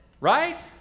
right